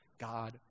God